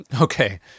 Okay